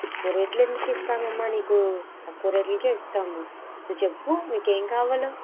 ఎక్కువ రేట్లు ఎందుకు ఇస్తావమ్మా నీకు తక్కువ రేట్లకే ఇస్తాము నువ్వు చెప్పు నీకేం కావాలో